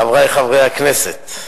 חברי חברי הכנסת,